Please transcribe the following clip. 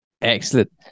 excellent